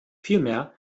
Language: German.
vielmehr